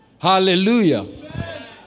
Hallelujah